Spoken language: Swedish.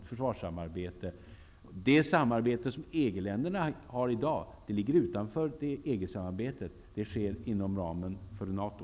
Det försvarssamarbete som EG länderna har i dag ligger utanför EG-samarbetet. Det sker inom ramen för NATO.